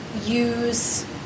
use